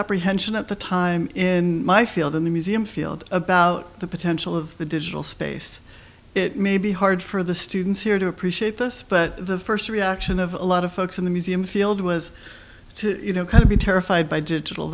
apprehension at the time in my field in the museum field about the potential of the digital space it may be hard for the students here to appreciate this but the first reaction of a lot of folks in the museum field was to you know kind of be terrified by digital